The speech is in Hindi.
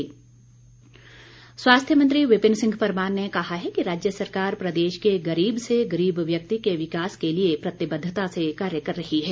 विपिन परमार स्वास्थ्य मंत्री विपिन सिंह परमार ने कहा है कि राज्य सरकार प्रदेश के गरीब से गरीब व्यक्ति के विकास के लिए प्रतिबद्धता से कार्य कर रही है